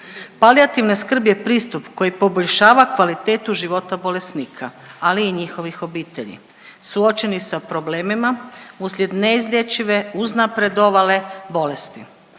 Palijativna skrb je pristup koji poboljšava kvalitetu života bolesnika, ali i njihovih obitelji, suočenih sa problemima uslijed neizlječive, uznapredovale bolesti,